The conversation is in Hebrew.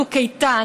צוק איתן,